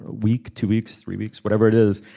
ah week two weeks three weeks whatever it is.